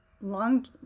long